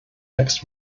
next